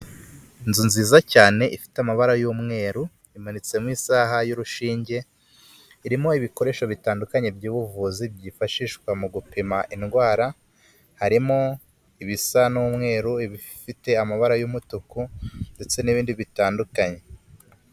Inzu nziza cyane ifite amabara y'umweru imanitsemo isaha y'urushinge irimo ibikoresho bitandukanye by'ubuvuzi byifashishwa mu gupima indwara harimo ibisa n'umweru ibifite amabara y'umutuku ndetse n'ibindi bitandukanye.